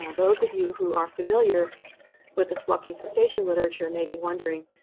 ah those of you who are familiar with the smoking cessation literature may be wondering,